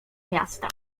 miasta